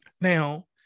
now